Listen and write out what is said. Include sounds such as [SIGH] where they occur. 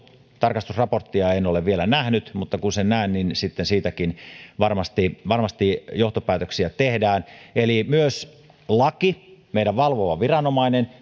tarkastusraporttia en ole vielä nähnyt mutta kun sen näen niin sitten siitäkin varmasti varmasti johtopäätöksiä tehdään eli myös laki meidän valvova viranomainen [UNINTELLIGIBLE]